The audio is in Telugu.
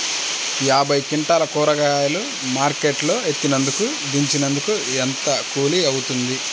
యాభై క్వింటాలు కూరగాయలు మార్కెట్ లో ఎత్తినందుకు, దించినందుకు ఏంత కూలి అవుతుంది?